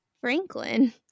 Franklin